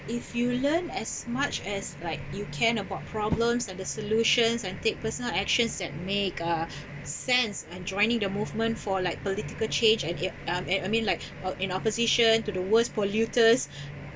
if you learn as much as like you can about problems and the solutions and take personal actions that make uh sense and joining the movement for like political change at uh and I mean like or in opposition to the worst polluters